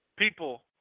People